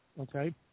okay